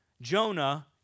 Jonah